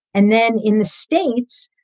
and then in the states,